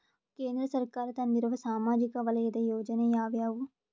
ಕೇಂದ್ರ ಸರ್ಕಾರ ತಂದಿರುವ ಸಾಮಾಜಿಕ ವಲಯದ ಯೋಜನೆ ಯಾವ್ಯಾವು?